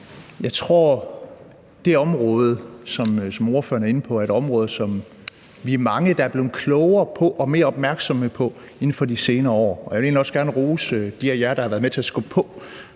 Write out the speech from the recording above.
Jeg tror, at det område, som ordføreren er inde på, er et område, som vi er mange, der er blevet klogere og mere opmærksomme på inden for de senere år. Og jeg vil egentlig også gerne rose de medlemmer, der har været med til at skubbe på